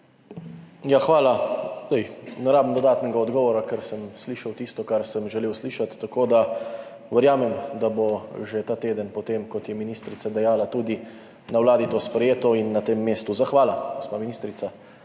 Hvala. Ne potrebujem dodatnega odgovora, ker sem slišal tisto, kar sem želel slišati, tako da verjamem, da bo že ta teden, kot je ministrica dejala, tudi na Vladi to sprejeto. Na tem mestu zahvala, gospa ministrica,